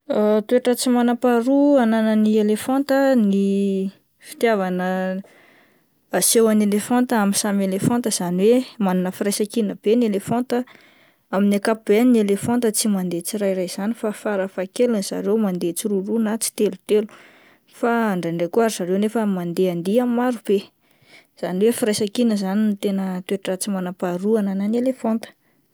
Toetra tsy manam-paharoa ananan'ny elefanta ny fitiavana asehon'ny elefanta amin'ny samy elefanta izany hoe manana firaisan-kina be ny elefanta ah, amin'ny ankapobeany ny elefanta tsy mandeha tsirairay izany fa farafahakeliny zareo mandeha tsiroaroa na tsitelotelo, fa indraindray ko ary zareo nefa mandeha andihany marobe izany hoe firaisan-kina izany ny toetra tsy manam-paharoa ananan'ny elefanta.